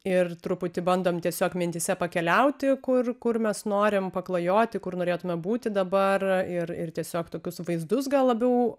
ir truputį bandom tiesiog mintyse pakeliauti kur kur mes norim paklajoti kur norėtume būti dabar ir ir tiesiog tokius vaizdus gal labiau